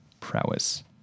prowess